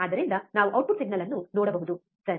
ಆದ್ದರಿಂದ ನಾವು output signal ಅನ್ನು ನೋಡಬಹುದು ಸರಿ